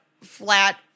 flat